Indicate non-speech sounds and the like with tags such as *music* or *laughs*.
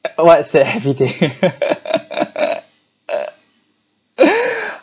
I would say *laughs*